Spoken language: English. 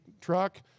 truck